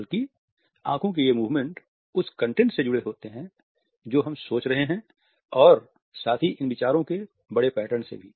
बल्कि आँखों के ये मूवमेंट उस कंटेंट से जुड़े होते हैं जो हम सोच रहे हैं और साथ ही इन विचारों के बडे पैटर्न से भी